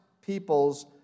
peoples